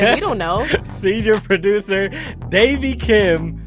we don't know. senior producer davey kim,